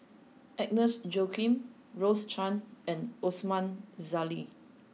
Agnes Joaquim Rose Chan and Osman Zailani